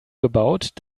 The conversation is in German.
gebaut